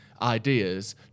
Ideas